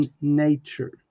nature